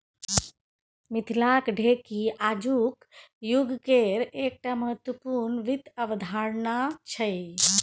मिथिलाक ढेकी आजुक युगकेर एकटा महत्वपूर्ण वित्त अवधारणा छै